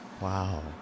Wow